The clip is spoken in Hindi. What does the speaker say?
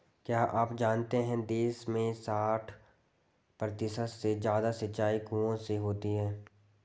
क्या आप जानते है देश में साठ प्रतिशत से ज़्यादा सिंचाई कुओं से होती है?